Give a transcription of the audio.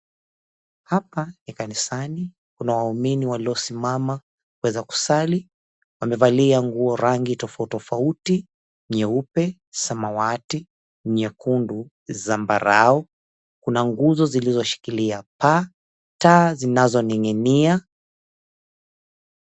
Hapa ni kanisani, kuna waumini waliosimama kuweza kusali, wamevalia nguo rangi tofauti tofauti, nyeupe, samawati, nyekundu, zambarau. Kuna nguzo zilizoshikilia paa, taa zinazoning'inia.